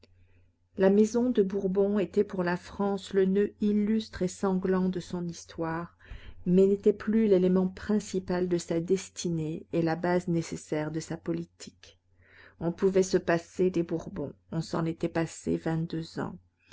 la maison de bourbon était pour la france le noeud illustre et sanglant de son histoire mais n'était plus l'élément principal de sa destinée et la base nécessaire de sa politique on pouvait se passer des bourbons on s'en était passé vingt-deux ans